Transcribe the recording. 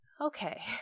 Okay